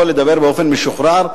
יכול לדבר באופן משוחרר,